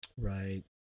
right